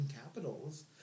capitals